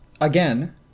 again